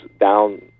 down